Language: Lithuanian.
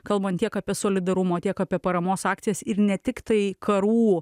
kalbant tiek apie solidarumo tiek apie paramos akcijas ir netiktai karų